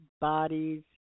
bodies